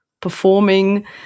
performing